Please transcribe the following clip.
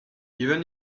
even